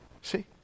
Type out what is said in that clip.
See